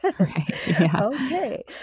Okay